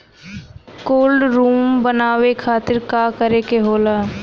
Cold room बनावे खातिर का करे के होला?